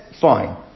fine